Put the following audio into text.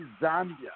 Zambia